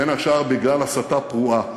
בין השאר בגלל הסתה פרועה,